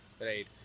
Right